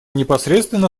непосредственно